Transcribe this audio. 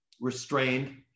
restrained